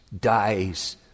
dies